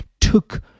took